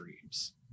dreams